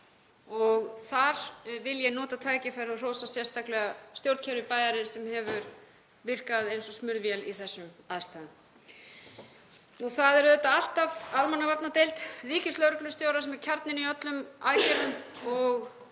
Þar vil ég nota tækifærið og hrósa sérstaklega stjórnkerfi bæjarins sem hefur virkað eins og smurð vél í þessum aðstæðum. Það er auðvitað alltaf almannavarnadeild ríkislögreglustjóra sem er kjarninn í öllum aðgerðum og